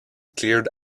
cleared